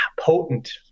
potent